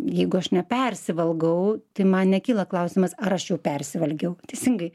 jeigu aš nepersivalgau tai man nekyla klausimas ar aš jau persivalgiau teisingai